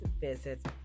visit